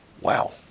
Wow